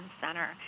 center